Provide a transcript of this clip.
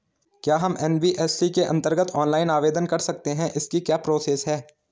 क्या हम एन.बी.एफ.सी के अन्तर्गत ऑनलाइन आवेदन कर सकते हैं इसकी क्या प्रोसेस है?